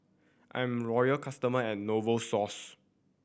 I'm a loyal customer of Novosource